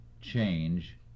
Change